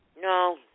No